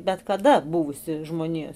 bet kada buvusį žmonijos